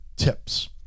tips